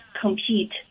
compete